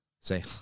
Say